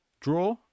draw